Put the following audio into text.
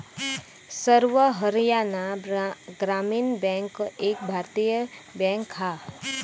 सर्व हरयाणा ग्रामीण बॅन्क एक भारतीय बॅन्क हा